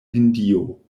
hindio